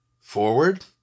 forward